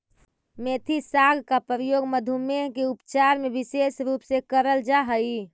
मेथी साग का प्रयोग मधुमेह के उपचार में विशेष रूप से करल जा हई